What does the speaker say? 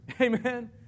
Amen